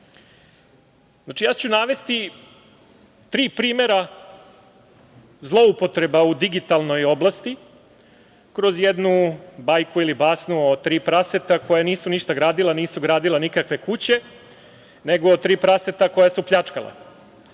ja ću navesti tri primera zloupotreba u digitalnoj oblasti kroz jednu bajku ili basnu o tri praseta koja nisu ništa gradila, nisu gradila nikakve kuće, nego tri praseta koja su pljačkala. Prvi